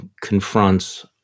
confronts